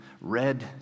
read